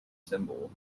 symbol